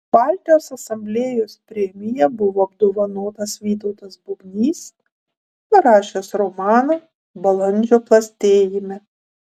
baltijos asamblėjos premija buvo apdovanotas vytautas bubnys parašęs romaną balandžio plastėjime